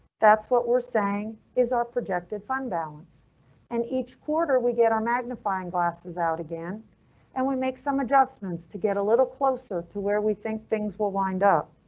that's what we're saying is our projected fund balance and each quarter we get our magnifying glasses out again and we make some adjustments to get a little closer to where we think things will wind up.